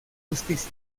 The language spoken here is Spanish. justicia